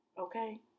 Okay